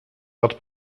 dat